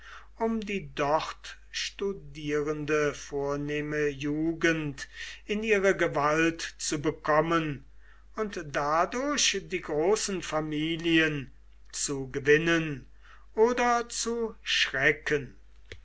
um die dort studierende vornehme jugend in ihre gewalt zu bekommen und dadurch die großen familien zu gewinnen oder zu schrecken